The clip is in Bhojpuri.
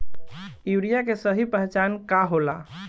यूरिया के सही पहचान का होला?